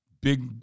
big